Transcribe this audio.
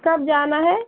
कब जाना है